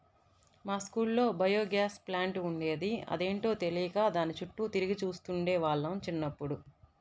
మా స్కూల్లో biogas plant ఉండేది, అదేంటో తెలియక దాని చుట్టూ తిరిగి చూస్తుండే వాళ్ళం చిన్నప్పుడు